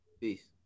Peace